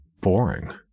boring